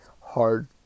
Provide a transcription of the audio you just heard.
hard